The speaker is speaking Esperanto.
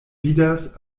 vidas